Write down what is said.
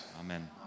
amen